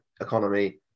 economy